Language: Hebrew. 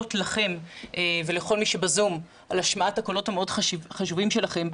להודות לכם ולכל מי שבזום על השמעת הקולות החשובים מאוד שלכם,